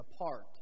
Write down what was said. apart